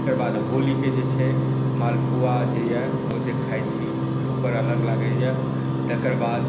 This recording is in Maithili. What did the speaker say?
तकर बाद होलीके जे छै मालपुआ जे यऽ ओ जे खाइ छी ओकर अलग लागैया तकर बाद